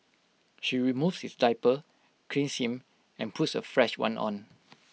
she removes his diaper cleans him and puts A fresh one on